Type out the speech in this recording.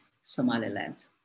Somaliland